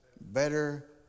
better